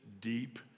deep